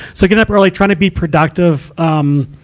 so getting up early, trying to be productive, um,